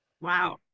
Wow